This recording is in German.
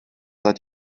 seit